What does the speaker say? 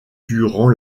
durant